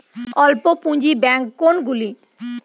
অল্প পুঁজি ব্যাঙ্ক কোনগুলি?